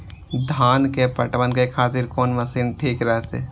धान के पटवन के खातिर कोन मशीन ठीक रहते?